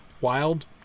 wild